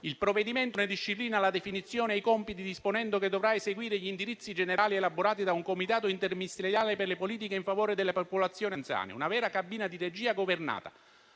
Il provvedimento ne disciplina la definizione e i compiti, disponendo che dovrà seguire gli indirizzi generali elaborati da un Comitato interministeriale per le politiche in favore della popolazione anziana, una vera e propria cabina di regia governativa.